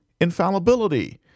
infallibility